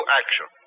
action